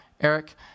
Eric